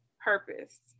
purpose